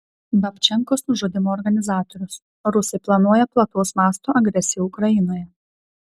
babčenkos nužudymo organizatorius rusai planuoja plataus masto agresiją ukrainoje